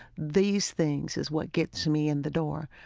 these things is what gets me in the door.